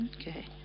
Okay